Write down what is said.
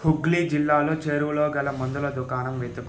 హుగ్లీ జిల్లాలో చేరువలోగల మందుల దుకాణం వెతుకు